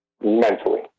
mentally